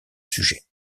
sujet